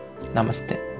Namaste